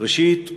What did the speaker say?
ראשית,